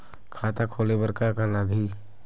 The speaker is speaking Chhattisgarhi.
खाता खोले बर का का लगही?